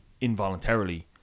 involuntarily